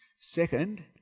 Second